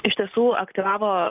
iš tiesų aktyvavo